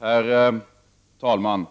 Herr talman!